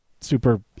super